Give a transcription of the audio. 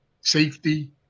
safety